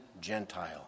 Gentile